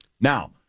Now